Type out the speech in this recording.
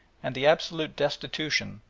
and the absolute destitution,